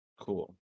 Cool